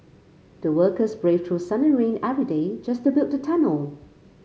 the workers braved through sun and rain every day just to build the tunnel